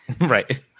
right